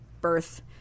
birth